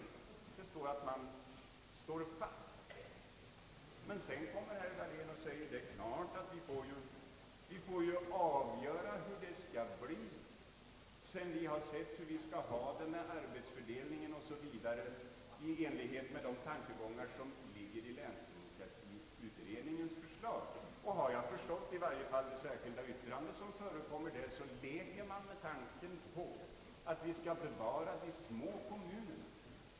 Här heter det alltså att »man står fast». Men nu säger herr Dahlén att det är klart att man får avgöra hur det skall bli sedan man sett hur arbetsfördelningen skall ordnas osv. i enlighet med de tankegångar som ligger bakom länsdemokratiutredningens förslag. Efter vad jag förstår leker man i varje fall i det särskilda yttrandet med tanken att bevara de små kommunerna.